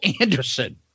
Anderson